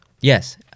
Yes